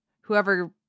Whoever